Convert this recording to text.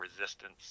resistance